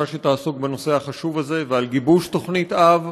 שתעסוק בנושא החשוב הזה ועל גיבוש תוכנית אב.